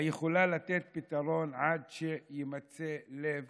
שיכולה לתת פתרון עד שיימצא לב